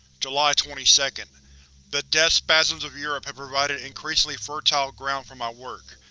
july twenty second the death spasms of europe have provided increasingly fertile ground for my work,